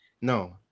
no